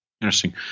Interesting